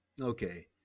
okay